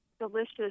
delicious